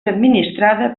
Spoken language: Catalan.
administrada